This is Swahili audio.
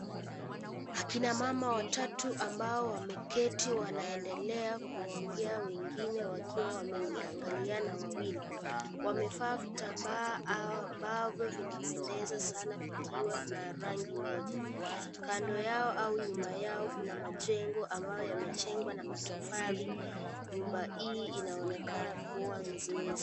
Akina mama watatu ambao wameketi wanaendelea kuongea, wengine wakiwa wameniangalia wawili. Wamevaa vitambaa ambavyo vinapendeza sana vikiwa na rangi moja. Kando yao au nyuma yao kuna majengo ambayo yamejengwa na matofali. Nyumba hii inaonekana kuwa nzuri sana.